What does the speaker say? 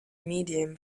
medium